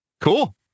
Cool